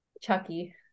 Chucky